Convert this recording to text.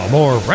more